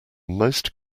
most